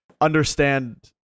understand